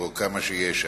או כמה שיש שם.